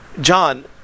John